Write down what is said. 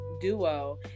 duo